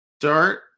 start